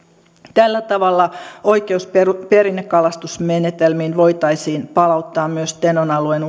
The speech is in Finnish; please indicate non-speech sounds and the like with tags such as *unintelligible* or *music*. tällä tavalla oikeus perinnekalastusmenetelmiin voitaisiin palauttaa myös tenon alueen *unintelligible*